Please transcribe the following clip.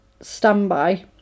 standby